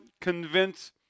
Convince